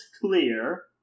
clear